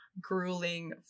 grueling